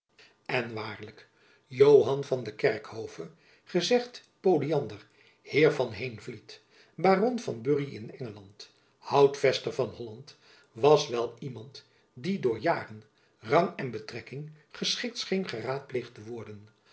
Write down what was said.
en waarlijk joan van den kerkhove gezegd polyander heer van heenvliet baron van bury in engeland houtvester van holland was wel iemand die door jaren rang en betrekking geschikt scheen geraadpleegd te worden